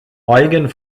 eugen